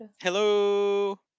Hello